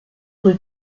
rue